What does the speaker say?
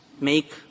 make